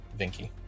Vinky